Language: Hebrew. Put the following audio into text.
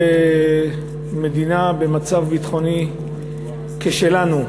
כמדינה במצב ביטחוני כשלנו,